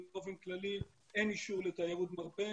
ובאופן כללי אין אישור לתיירות מרפא.